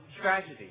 tragedy